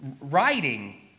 writing